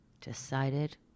decided